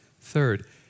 Third